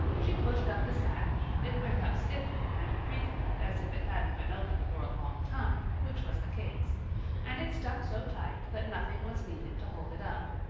she pushed up the sash it went up stiffly and creakily, as if it hadn't been opened for a long time, which was the case and it stuck so tight that nothing was needed to hold it up.